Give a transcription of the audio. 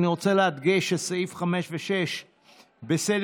אני רוצה להדגיש שסעיפים 5 ו-6 בסדר-היום,